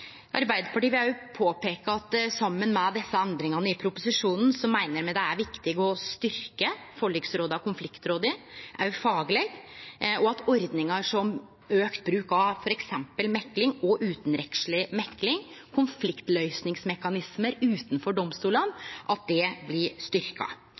Arbeidarpartiet vil peike på at saman med desse endringane i proposisjonen meiner me det er viktig å styrkje forliksråda og konfliktråda også fagleg, og at ordningar som auka bruk av f.eks. mekling, utanrettsleg mekling og konfliktløysingsmekanismar utanfor domstolane